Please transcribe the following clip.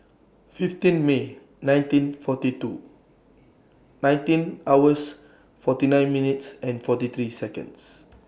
fifteen May nineteen forty two nineteen hours forty nine minutes forty three Seconds